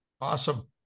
Awesome